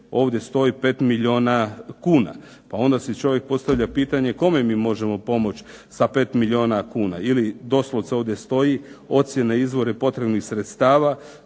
ovdje stoji 5 milijuna kuna pa onda si čovjek postavlja pitanje kome mi možemo pomoć sa 5 milijuna kuna. Ili doslovce ovdje stoji ocjene izvora potrebnih sredstava